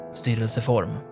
styrelseform